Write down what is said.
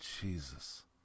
Jesus